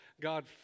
God